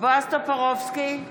בועז טופורובסקי,